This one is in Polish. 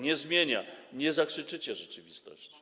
Nie zmienia, nie zakrzyczycie rzeczywistości.